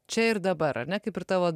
čia ir dabar ar ne kaip ir tavo